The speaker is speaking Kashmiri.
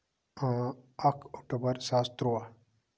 اکھ اکٹوبر زٕ ساس تٔرواہ